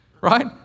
Right